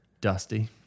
Dusty